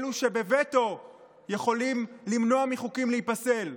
אלו שבווטו יכולים למנוע מחוקים להיפסל.